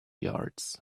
yards